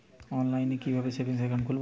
অনলাইনে কিভাবে savings account খুলবো?